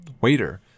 waiter